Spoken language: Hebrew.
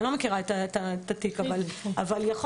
אני לא מכירה את המקרה שדובר בו כאן והרבה פעמים יכול להיות